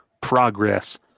progress